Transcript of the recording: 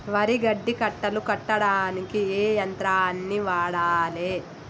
వరి గడ్డి కట్టలు కట్టడానికి ఏ యంత్రాన్ని వాడాలే?